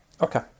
Okay